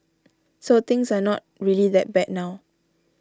so things are not really that bad now